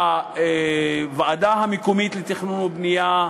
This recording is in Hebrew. הוועדה המקומית לתכנון ולבנייה,